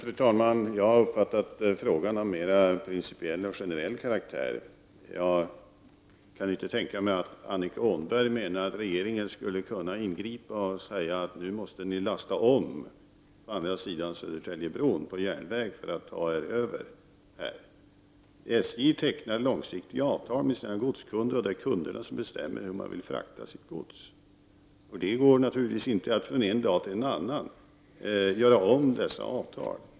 Fru talman! Jag har uppfattat att frågan är mer av principiell och generell karaktär. Jag kan inte tänka mig att Annika Åhnberg menar att regeringen skulle kunna ingripa och säga att omlastning måste ske till järnväg på andra sidan Södertäljebron för att man skall få ta sig över detta ställe. SJ tecknar långsiktiga avtal med sina godskunder, och det är kunderna som bestämmer hur de skall frakta sitt gods. Och det är naturligtvis inte möjligt att från en dag till en annan göra om dessa avtal.